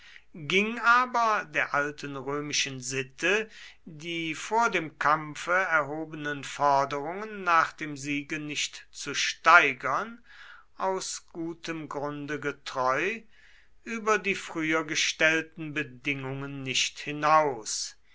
ging aber der alten römischen sitte die vor dem kampfe erhobenen forderungen nach dem siege nicht zu steigern aus gutem grunde getreu über die früher gestellten bedingungen nicht hinaus